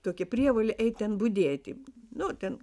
tokia prievolė eit ten budėti nu ten